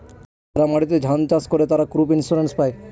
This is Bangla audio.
যারা মাটিতে ধান চাষ করে, তারা ক্রপ ইন্সুরেন্স পায়